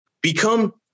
Become